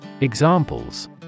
Examples